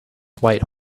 white